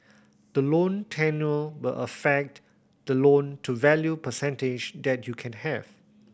the loan tenure will affect the loan to value percentage that you can have